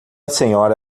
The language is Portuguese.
senhora